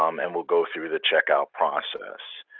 um and we'll go through the checkout process.